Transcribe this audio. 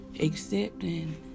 accepting